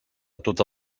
tota